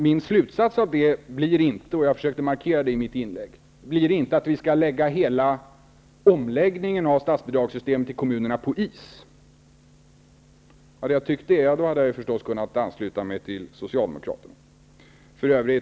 Min slutsats av det blir dock inte, jag försökte markera det i mitt inlägg, att vi skall lägga hela omläggniningen av statsbidragsystemet till kommunerna på is. Om jag hade tyckt det hade jag förstås kunnat ansluta mig till Socialdemokraterna. Herr talman!